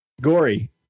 Gory